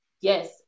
yes